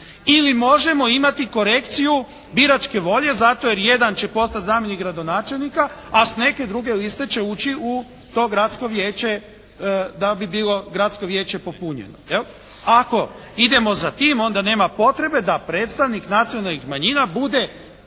Ili možemo imati korekciju biračke volje zato jer jedan će postati zamjenik gradonačelnika a s neke druge liste će ući u to gradsko vijeće da bi bilo gradsko vijeće popunjeno. Ako idemo za tim onda nema potrebe da predstavnik nacionalnih manjina bude